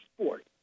sport